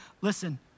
Listen